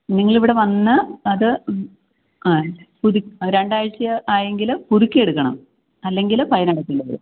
നിങ്ങളിവിടെ വന്ന് അത് ആ പുതുക്കി രണ്ടാഴ്ചയായെങ്കില് പുതുക്കിയെടുക്കണം അല്ലെങ്കില് ഫൈന് അടയ്ക്കേണ്ടി വരും